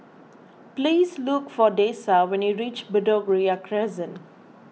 please look for Dessa when you reach Bedok Ria Crescent